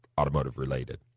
automotive-related